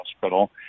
hospital